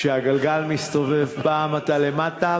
שהגלגל מסתובב: פעם אתה למטה,